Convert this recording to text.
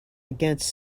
against